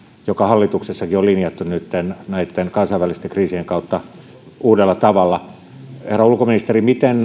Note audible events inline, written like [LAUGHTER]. joka hallituksessakin on linjattu nyt näitten kansainvälisten kriisien kautta uudella tavalla herra ulkoministeri miten [UNINTELLIGIBLE]